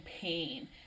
pain